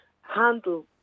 handle